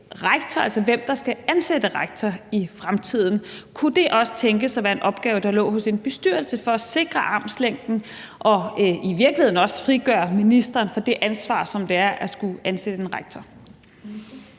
hvem der skal ansætte rektor i fremtiden? Kunne det også tænkes at være en opgave, der lå hos en bestyrelse for at sikre armslængden og i virkeligheden også frigøre ministeren for det ansvar, som det er at skulle ansætte en rektor?